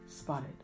spotted